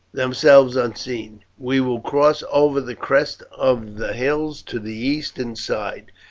themselves unseen. we will cross over the crest of the hills to the eastern side,